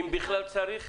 אם בכלל צריך.